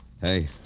Hey